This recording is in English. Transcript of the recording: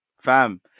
Fam